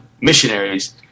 missionaries